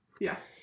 Yes